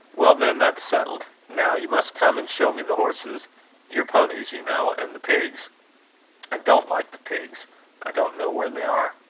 well, then, that's settled. now, you must come and show me the horses your ponies, you know and the pigs i don't like the pigs i don't know where they are.